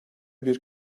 bir